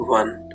one